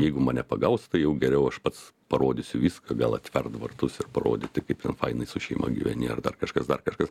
jeigu mane pagaus tai jau geriau aš pats parodysiu viską gal atvert vartus ir parodyti kaip ten fainai su šeima gyveni ar dar kažkas dar kažkas